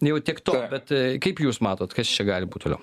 jau tiek to bet kaip jūs matot kas čia gali būt toliau